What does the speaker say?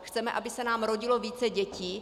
Chceme, aby se nám rodilo více dětí.